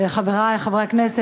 חברי חברי הכנסת,